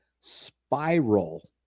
spiral